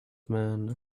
man